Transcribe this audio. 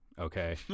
Okay